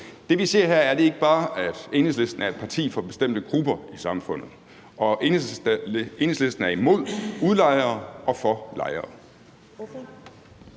det, vi ser her, ikke bare, at Enhedslisten er et parti for bestemte grupper i samfundet, og at Enhedslisten er imod udlejere og for lejere?